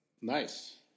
Nice